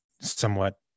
somewhat